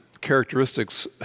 characteristics